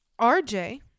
rj